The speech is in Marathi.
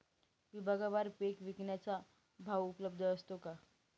विभागवार पीक विकण्याचा भाव उपलब्ध असतो का?